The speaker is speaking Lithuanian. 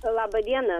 laba diena